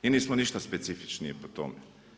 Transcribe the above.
I nismo ništa specifičniji po tom.